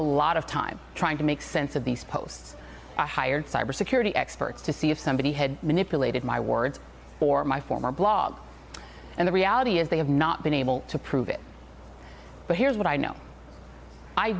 a lot of time trying to make sense of these posts i hired cyber security experts to see if somebody had manipulated my words for my for my blog and the reality is they have not been able to prove it but here's what i know i